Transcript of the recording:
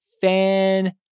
fan